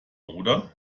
oder